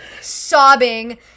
sobbing